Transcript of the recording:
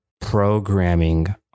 programming